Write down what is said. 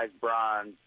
bronze